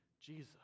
Jesus